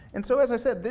and so, as i said,